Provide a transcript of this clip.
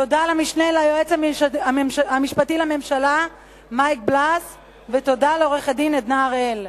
תודה למשנה ליועץ המשפטי לממשלה מייק בלס ותודה לעורכת-הדין עדנה הראל.